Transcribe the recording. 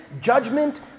judgment